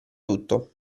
tutto